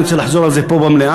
אני רוצה לחזור על זה פה במליאה,